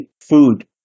food